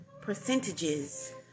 percentages